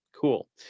Cool